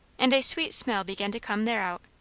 and a sweet smell began to come thereout.